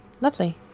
Lovely